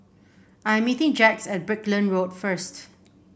I'm meeting Jax at Brickland Road first